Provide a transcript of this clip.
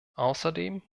außerdem